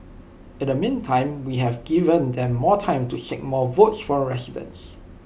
in the meantime we have given them more time to seek more votes from residents